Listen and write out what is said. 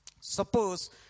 Suppose